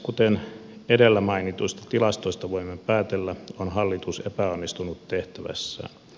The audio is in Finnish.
kuten edellä mainituista tilastoista voimme päätellä on hallitus epäonnistunut tehtävässään